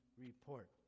report